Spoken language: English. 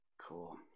Cool